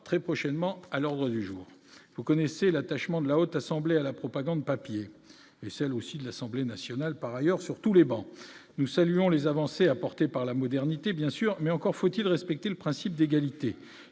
très prochainement à l'ordre du jour, vous connaissez l'attachement de la haute assemblée à la propagande papier et celle aussi de l'Assemblée nationale par ailleurs sur tous les bancs, nous saluons les avancées apportées par la modernité, bien sûr, mais encore faut-il respecter le principe d'égalité,